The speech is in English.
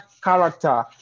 character